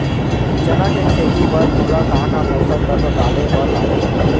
चना के खेती बर मोला का का पोसक तत्व डाले बर लागही?